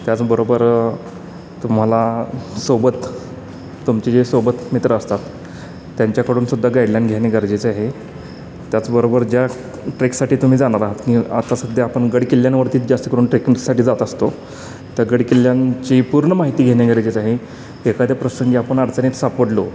त्याचबरोबर तुम्हाला सोबत तुमचे जे सोबत मित्र असतात त्यांच्याकडून सुद्धा गाईडलाईन घेणे गरजेचे आहे त्याचबरोबर ज्या ट्रेकसाठी तुम्ही जाणार आहात आता सध्या आपण गड किल्ल्यांवरती जास्त करून ट्रेकिंगसाठी जात असतो त्या गड किल्ल्यांची पूर्ण माहिती घेणे गरजेचं आहे एखाद्या प्रसंगी आपण अडचणीत सापडलो